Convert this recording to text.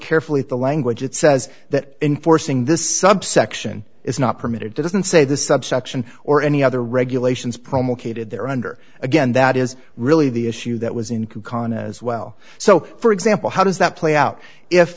carefully at the language it says that enforcing this subsection is not permitted doesn't say the subsection or any other regulations promulgated there under again that is really the issue that was in common as well so for example how does that play out if